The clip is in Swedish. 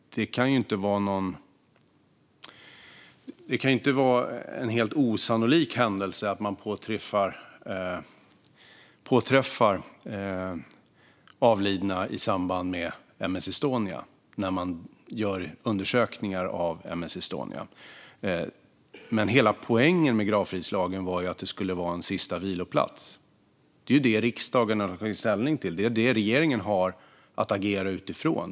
Det kan ju inte vara en helt osannolik händelse att man påträffar avlidna när man gör undersökningar av M/S Estonia. Men hela poängen med gravfridslagen var att det skulle vara en sista viloplats. Det är det riksdagen har tagit ställning till. Det är det regeringen har att agera utifrån.